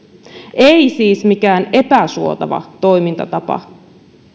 ei siis mikään epäsuotava toimintatapa